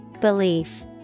Belief